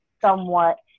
somewhat